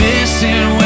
Missing